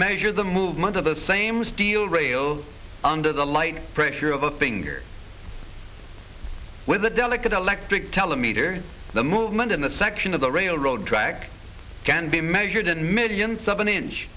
measure the movement of the same steel rails under the light pressure of a finger with a delicate electric tell the meter the movement in the section of the railroad track can be measured in millions of an inch